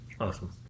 awesome